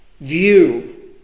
view